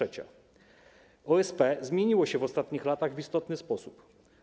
OSP zmieniło się w ostatnich latach w istotny sposób.